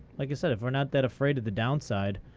like i said, if we're not that afraid of the downside,